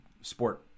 sport